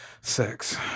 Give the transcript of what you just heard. sex